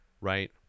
right